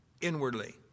inwardly